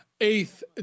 Eighth